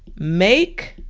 make